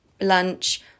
lunch